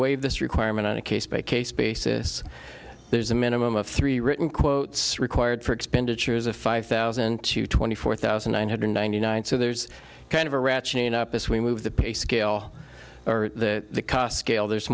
waive this requirement on a case by case basis there's a minimum of three written quotes required for expenditures of five thousand to twenty four thousand nine hundred ninety nine so there's kind of a ratcheting up as we move the pay scale the costs cayle there's